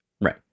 right